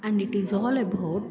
and it is all about